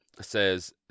says